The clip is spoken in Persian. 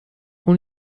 اون